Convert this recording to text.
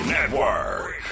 Network